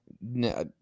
No